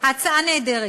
ההצעה נהדרת,